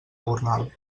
gornal